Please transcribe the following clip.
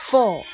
Four